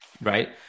Right